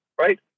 right